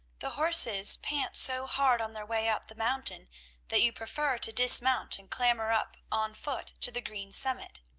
the horses pant so hard on their way up the mountain that you prefer to dismount and clamber up on foot to the green summit.